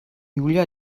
julia